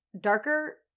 darker